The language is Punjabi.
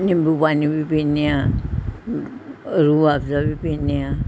ਨਿੰਬੂ ਪਾਣੀ ਵੀ ਪੀਂਦੇ ਹਾਂ ਰੂਹ ਅਫਜ਼ਾ ਵੀ ਪੀਂਦੇ ਹਾਂ